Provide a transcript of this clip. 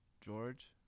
George